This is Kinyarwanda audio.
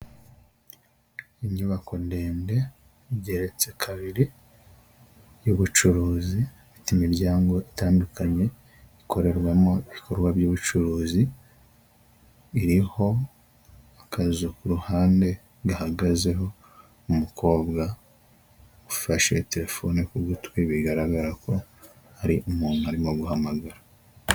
Inyubako ndende igeretse kabiri y'ubucuruzi ifite imiryango itandukanye ikorerwamo ibikorwa by'ubucuruzi iriho akazu ku ruhande gahagazeho umukobwa ufashe telefone ku gutwi, bigaragara ko hari umuntu arimo guhamagara.